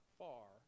far